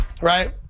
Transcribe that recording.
Right